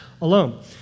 alone